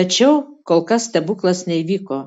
tačiau kol kas stebuklas neįvyko